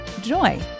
joy